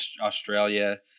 Australia